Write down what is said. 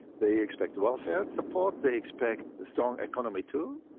they expect welfare support, they expect a strong economy too,